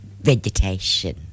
vegetation